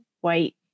white